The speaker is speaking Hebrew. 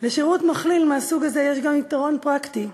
לשירות מכליל מהסוג הזה יש גם יתרון פרקטי: